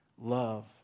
love